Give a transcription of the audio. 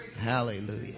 Hallelujah